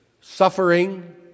suffering